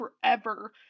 forever